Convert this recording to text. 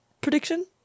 prediction